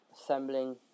assembling